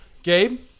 Gabe